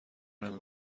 نمی